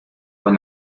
con